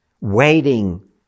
waiting